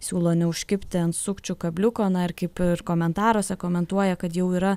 siūlo neužkibti ant sukčių kabliuko na ir kaip ir komentaruose komentuoja kad jau yra